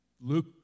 Luke